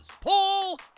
paul